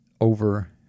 over